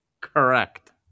Correct